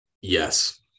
Yes